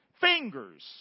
Fingers